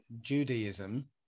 Judaism